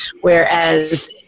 whereas